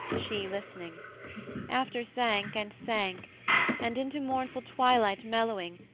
she listening after sank and sank and, into mournful twilight mellowing,